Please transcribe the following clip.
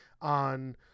on